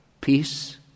Peace